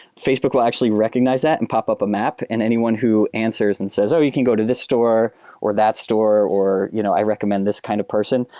facebook will actually recognize that and popup a map and anyone who answers and says, oh! you can go to this store or that store or you know i recommend this kind of person.